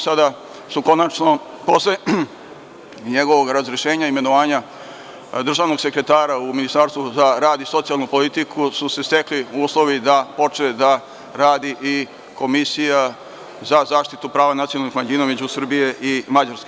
Sada, konačno, nakon njegovog razrešenja, imenovanja državnog sekretara u Ministarstvu za rad i socijalnu politiku su se stekli uslovi da počne da radi i Komisija za zaštitu prava nacionalnih manjina između Srbije i Mađarske.